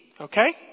okay